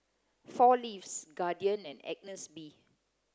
four Leaves Guardian and Agnes B